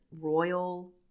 Royal